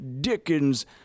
Dickens